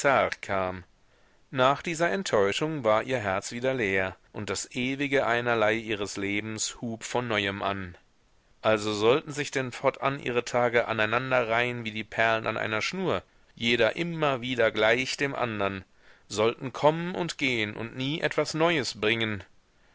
kam nach dieser enttäuschung war ihr herz wieder leer und das ewige einerlei ihres lebens hub von neuem an also sollten sich denn fortan ihre tage aneinanderreihen wie die perlen an einer schnur jeder immer wieder gleich dem andern sollten kommen und gehen und nie etwas neues bringen